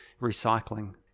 recycling